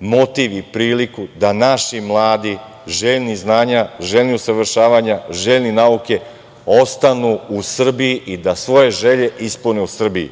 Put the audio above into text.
motiv i priliku da naši mladi, željni znanja, željni usavršavanja, željni nauke ostanu u Srbiji i da svoje želje ispune u Srbiji.